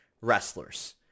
wrestlers